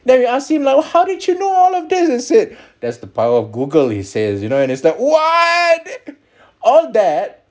then we asked him lah how did you know all of this he said that's the power of google he says you know and this time what all that